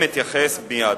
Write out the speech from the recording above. ואתייחס אליהם מייד.